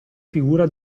figura